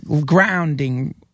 grounding